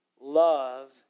Love